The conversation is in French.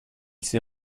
s’est